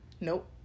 Nope